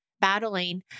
battling